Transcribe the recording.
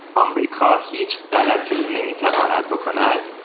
am-ri-ka-hit ala-tin-nin kad-vo-nad bo-ko-nad.